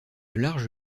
large